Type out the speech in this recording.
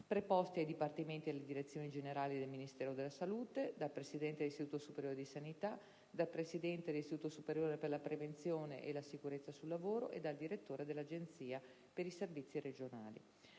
preposti ai dipartimenti ed alle direzioni generali del Ministero della salute, dal presidente dell'Istituto superiore di sanità, dal presidente dell'Istituto superiore per la prevenzione e la sicurezza sul lavoro, dal direttore dell'Agenzia per i servizi sanitari